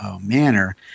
manner